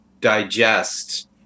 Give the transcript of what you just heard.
digest